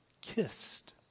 kissed